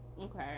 Okay